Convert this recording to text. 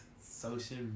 Social